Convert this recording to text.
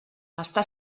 està